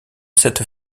cette